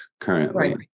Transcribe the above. currently